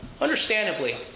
Understandably